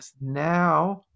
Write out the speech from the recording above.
Now